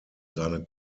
seiner